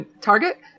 target